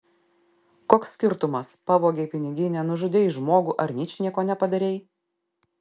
koks skirtumas pavogei piniginę nužudei žmogų ar ničnieko nepadarei